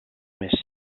més